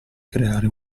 creare